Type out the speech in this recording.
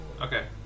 Okay